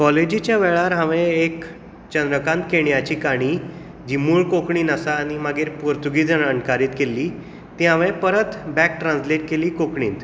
काॅलेजीच्या वेळार हांवेन एक चंद्रकांत केणीयाची काणी जी मूळ कोंकणींत आसा आनी मागीर पुर्तुगीजेंत अणकारीत केल्ली ती हांवेन परत बॅक ट्रानस्लेट केली कोंकणींत